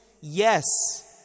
Yes